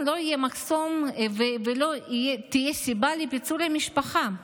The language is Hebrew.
לא יהיה מחסום ולא תהיה סיבה לפיצול המשפחה.